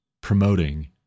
promoting